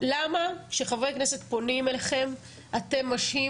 למה כשחברי כנסת פונים אליכם אתם מושכים